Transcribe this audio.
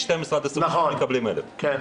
מ-12 עד 22 חודשים מקבלים 1,000. נכון, כן.